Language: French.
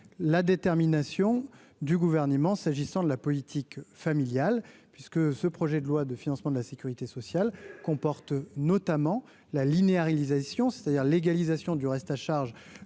la détermination du gouvernement s'agissant de la politique familiale, puisque ce projet de loi de financement de la Sécurité sociale comporte notamment la Linea réalisation c'est-à-dire légalisation du reste à charge